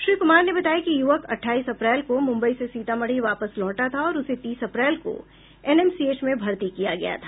श्री कुमार ने बताया कि युवक अठाईस अप्रैल को मुम्बई से सीतामढ़ी वापस लौटा था और उसे तीस अप्रैल को एनएमसीएच में भर्ती किया गया था